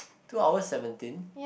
two hours seventeen